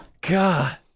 God